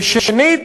ושנית,